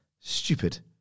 stupid